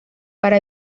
para